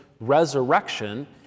resurrection